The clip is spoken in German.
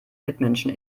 mitmenschen